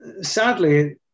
Sadly